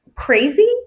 Crazy